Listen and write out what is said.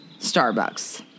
Starbucks